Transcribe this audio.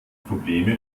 probleme